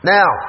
Now